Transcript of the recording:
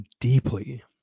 deeply